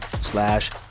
slash